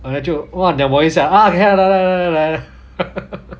then 就 !wah! niam 我一下 ah okay 来来来来来